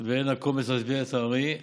ואין הקומץ משביע את הארי,